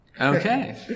Okay